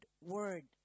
word